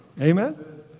Amen